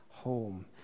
home